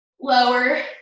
Lower